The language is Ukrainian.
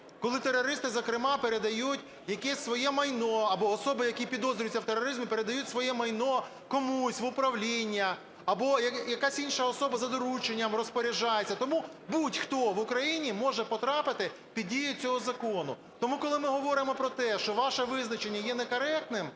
коли терористи зокрема передають якесь своє майно або особи, які підозрюються в тероризмі, передають своє майно комусь в управління, або якась інша особа за дорученням розпоряджається. Тому будь-хто в Україні може потрапити під дію цього закону. Тому, коли ми говоримо про те, що ваше визначення є некоректним,